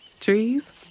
Trees